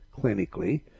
clinically